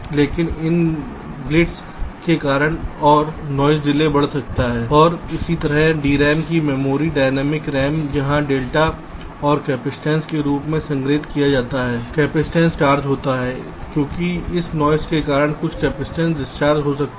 लेकिन इन ग्लिट्स के कारण और यह नॉइस डिले बढ़ सकता है और इसी तरह DRAM की मेमोरी डायनामिक रैम जहां डेटा को कैपेसिटेंस के रूप में संग्रहित किया जाता है कैपेसिटेंस पर चार्ज होता है क्योंकि इस नॉइस के कारण कुछ कैपेसिटेंस डिस्चार्ज हो सकते हैं